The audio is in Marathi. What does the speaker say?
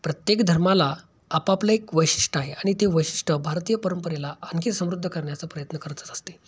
प्रत्येक धर्माला आपापलं एक वैशिष्ट्य आहे आणि ते वैशिष्ट्य भारतीय परंपरेला आणखी समृद्ध करण्याचा प्रयत्न करतच असते